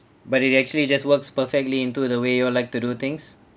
but it actually just works perfectly into the way you all like to do things